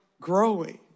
growing